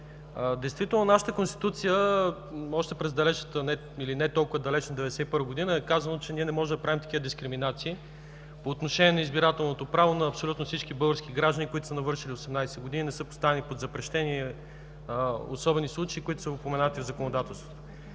Действително нашата Конституция още през далечната или не толкова далечна 1991 г. е казала, че ние не можем да правим такива дискриминации по отношение на избирателното право на абсолютно всички български граждани, които са навършили 18 години, не са поставени под запрещение, особени случаи, които са упоменати в законодателството.